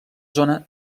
zona